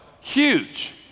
huge